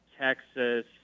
Texas